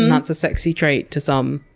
and that's a sexy trait to some.